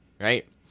right